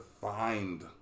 find